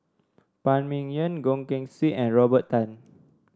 Phan Ming Yen Goh Keng Swee and Robert Tan